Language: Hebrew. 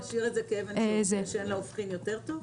ולהשאיר את זה כאבן שאין לה הופכין, זה יותר טוב?